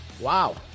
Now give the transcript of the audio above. Wow